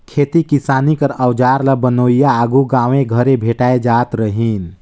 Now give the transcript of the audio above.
खेती किसानी कर अउजार ल बनोइया आघु गाँवे घरे भेटाए जात रहिन